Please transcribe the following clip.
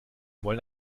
wollen